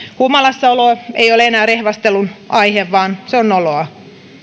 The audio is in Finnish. humalassa olo ei ole enää rehvastelun aihe vaan se on noloa